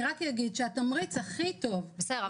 התמריץ הכי טוב --- בסדר,